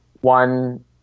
one –